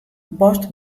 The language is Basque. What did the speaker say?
bost